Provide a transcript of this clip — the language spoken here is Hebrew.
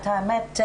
האמת,